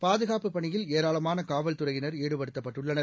பாதுகாப்புப் பணியில் ஏராளமான காவல்துறையினர் ஈடுபடுத்தப்பட்டுள்ளனர்